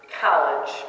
College